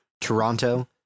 Toronto